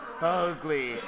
ugly